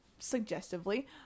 suggestively